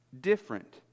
different